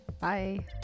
bye